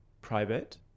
private